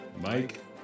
Mike